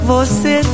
Você